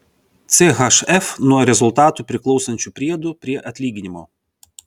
chf nuo rezultatų priklausančių priedų prie atlyginimo